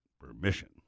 permission